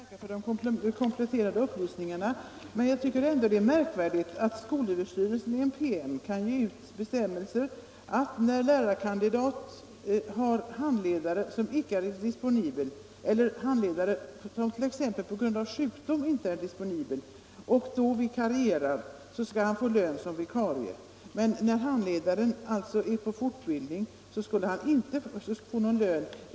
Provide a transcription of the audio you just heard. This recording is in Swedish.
Herr talman! Jag tackar för de kompletterande upplysningarna. Jag tycker ändå att det är märkvärdigt att skolöverstyrelsen i en PM kan skriva in bestämmelser att lärarkandidat som vikarierar för handledare, som på grund av sjukdom inte är disponibel, skall få lön som vikarie medan kandidaten när handledare är på fortbildning inte skulle få någon lön.